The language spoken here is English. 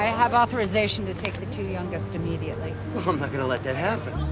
have authorization to take the two youngest immediately. well i'm not going to let that happen.